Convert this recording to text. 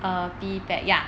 err pee pad ya